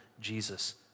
Jesus